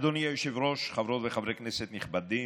אדוני היושב-ראש, חברות וחברי כנסת נכבדים,